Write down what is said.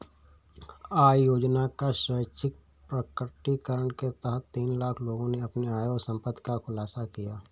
आय योजना का स्वैच्छिक प्रकटीकरण के तहत तीन लाख लोगों ने अपनी आय और संपत्ति का खुलासा किया